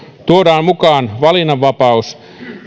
tuodaan mukaan valinnanvapaus